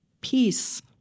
Peace